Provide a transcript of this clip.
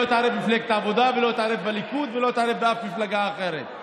ולא אתערב בעבודה ולא אתערב בליכוד ולא אתערב בשום מפלגה אחרת.